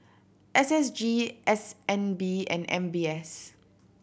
S S G S N B and M B S